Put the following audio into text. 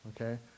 Okay